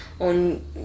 on